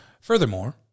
Furthermore